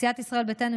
סיעת ישראל ביתנו,